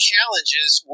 challenges